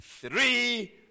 Three